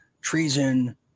treason